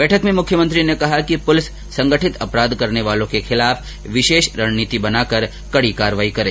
बैठक में मुख्यमंत्री ने कहा कि प्रलिस संगठित अपराध करने वालों के खिलाफ विशेष रणनीति बनाकर कड़ी कार्रवाई करें